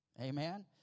Amen